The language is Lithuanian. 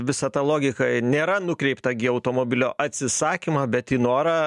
visa ta logika nėra nukreipta gi į automobilio atsisakymą bet į norą